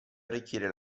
arricchire